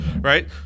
right